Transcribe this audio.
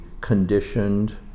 conditioned